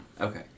okay